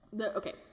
Okay